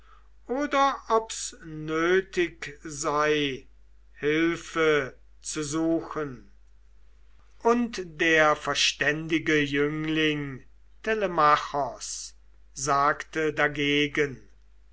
oder ob's nötig sei hilfe zu suchen und der verständige jüngling telemachos sagte da